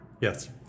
Yes